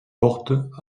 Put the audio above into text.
portes